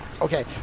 Okay